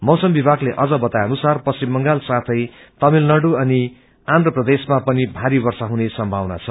मौसम विभागले अझ बताए अनुसार पश्चिम बंगाल साथै तमिललाडु अनि आन्ध्रप्रदेशमा पनि भारी वर्षा नि सम्भावना छ